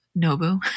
Nobu